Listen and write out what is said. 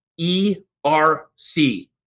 ERC